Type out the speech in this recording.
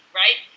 right